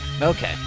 Okay